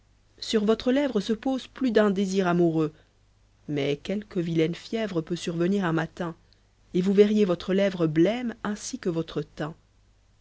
sur votre lèvre se pose plus d'un désir amoureux mais quelque vilaine fièvre peut survenir un matin et vous verriez votre lèvre blême ainsi que votre teint